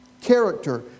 Character